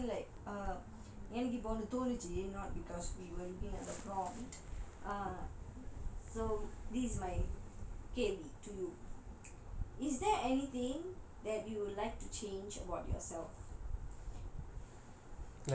tell you okay I I really like err எனக்கு இப்போ ஒன்னு தோனுச்சு:enakku ippo onnu thonuchu not because we were looking at the prompt err so this my கேள்வி:kelvi to you is there anything that you would like to change about yourself